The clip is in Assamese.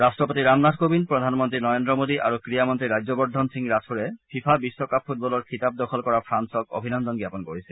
ৰট্টপতি ৰামনাথ কোবিন্দ প্ৰধানমন্ত্ৰী নৰেন্দ্ৰ মোদী আৰু ক্ৰীড়া মন্ত্ৰী ৰাজ্যবৰ্ধন সিং ৰাথোড়ে ফিফা বিশ্বকাপ ফুটবলৰ খিতাপ দখল কৰা ফালক অভিনন্দন জ্ঞাপন কৰিছে